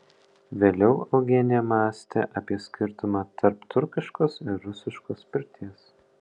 vėliau eugenija mąstė apie skirtumą tarp turkiškos ir rusiškos pirties